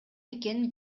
экенин